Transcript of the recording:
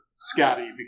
Scotty